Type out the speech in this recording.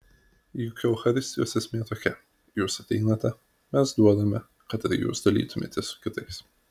juk eucharistijos esmė tokia jūs ateinate mes duodame kad ir jūs dalytumėtės su kitais